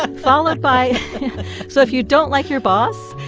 ah followed by so if you don't like your boss,